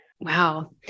Wow